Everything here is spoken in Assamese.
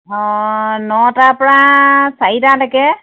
অ' নটা পৰা চাৰিটালৈকে